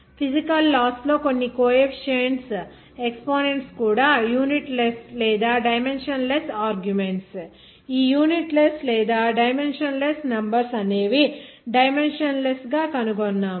physical laws లో కొన్ని coefficients exponents కూడా యూనిట్ లెస్ లేదా డైమెన్షన్ లెస్ ఆర్గ్యుమెంట్స్ ఈ unitless dimensionless numbers అనేవి డైమెన్షన్ లెస్ గా కనుగొన్నము